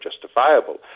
justifiable